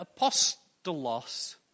apostolos